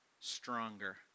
stronger